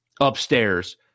upstairs